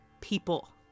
people